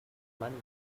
money